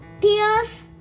tears